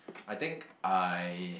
I think I